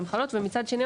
ומצד שני,